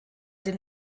den